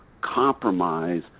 compromise